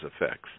effects